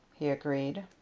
he agreed.